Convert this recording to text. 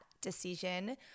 decision